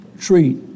treat